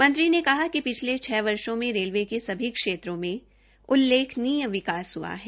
मंत्री ने कहा कि पिछले छ वर्षो में रेलवे के सभी क्षेत्रों में उल्लेखनीय विकास हुआ है